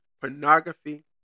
pornography